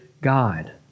God